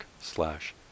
slash